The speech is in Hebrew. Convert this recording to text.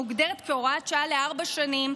היא מוגדרת כהוראת שעה לארבע שנים,